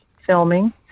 filming